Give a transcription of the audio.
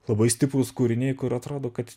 labai stiprūs kūriniai kur atrodo kad